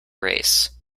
race